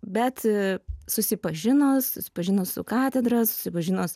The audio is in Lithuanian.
bet susipažinus susipažinus su katedra susipažinus